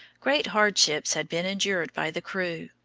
great hardships had been endured by the crew.